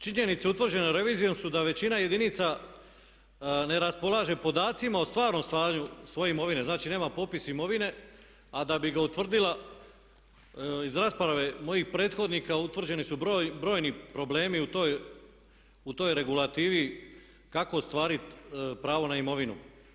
Činjenice utvrđene revizijom su da većina jedinica ne raspolaže podacima o stvarnom stanju svoje imovine, znači nema popis imovine, a da bi ga utvrdila iz rasprave mojih prethodnika utvrđeni su brojni problemi u toj regulativi kako ostvarit pravo na imovinu.